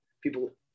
people